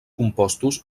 compostos